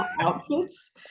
outfits